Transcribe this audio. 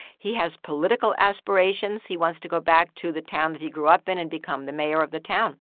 he has political aspirations. he wants to go back to the town that he grew up in and become the mayor of the town